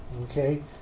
Okay